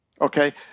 Okay